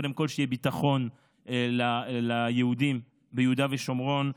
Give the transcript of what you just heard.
קודם כול שיהיה ביטחון ליהודים ביהודה ושומרון.